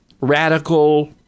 radical